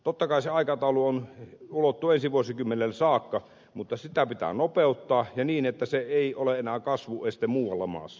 totta kai se aikataulu ulottuu ensi vuosikymmenelle saakka mutta sitä pitää nopeuttaa ja niin että se ei ole enää kasvueste muualla maassa